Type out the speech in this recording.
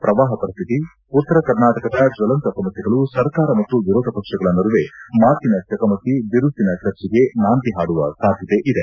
ಪ್ರವಾಹ ಪರಿಸ್ಥಿತಿ ಉತ್ತರ ಕರ್ನಾಟಕದ ಜ್ವಲಂತ ಸಮಸ್ನೆಗಳು ಸರ್ಕಾರ ಮತ್ತು ವಿರೋಧ ಪಕ್ಷಗಳ ನಡುವೆ ಮಾತಿನ ಚಕಮಕಿ ಬಿರುಸಿನ ಚರ್ಚೆಗೆ ನಾಂದಿ ಹಾಡುವ ಸಾಧ್ಯತೆ ಇದೆ